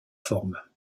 formes